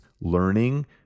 learning